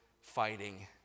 fighting